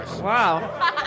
Wow